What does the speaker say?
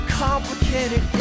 complicated